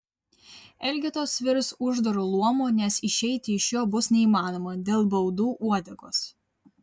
elgetos virs uždaru luomu nes išeiti iš jo bus neįmanoma dėl baudų uodegos